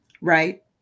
Right